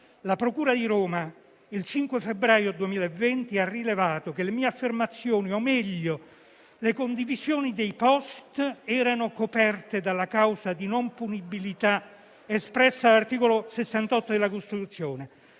la procura di Roma il 5 febbraio 2020 ha rilevato che le mie affermazioni, o meglio le condivisioni dei *post*, erano coperte dalla causa di non punibilità, espressa all'articolo 68 della Costituzione;